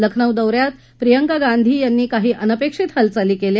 लखनौ दौऱ्यात प्रियंका गांधी यांनी काही अनपेक्षित हालचाली केल्या